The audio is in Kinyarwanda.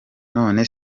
none